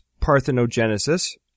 parthenogenesis